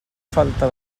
falta